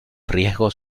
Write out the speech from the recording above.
riesgos